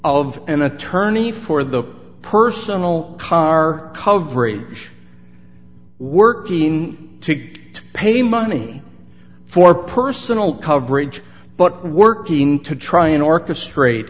of an attorney for the personal car coverage working to pay money for personal coverage but working to try and orchestrate